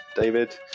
david